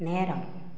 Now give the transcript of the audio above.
நேரம்